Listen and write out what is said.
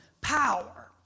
power